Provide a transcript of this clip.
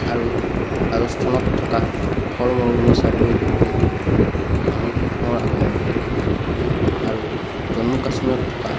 আৰু ৰাজস্থানত থকা থৰ মৰুভূমি চাবলৈও বহুত মানুহৰ আগমন ঘটে আৰু জম্মু কাশ্মীৰত থকা